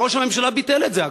וראש הממשלה ביטל את זה,